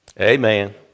Amen